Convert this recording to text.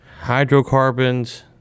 hydrocarbons